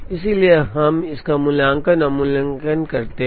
इसलिए अब हम इसका मूल्यांकन और मूल्यांकन करते हैं